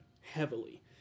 heavily